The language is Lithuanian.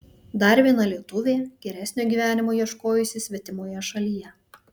dar viena lietuvė geresnio gyvenimo ieškojusi svetimoje šalyje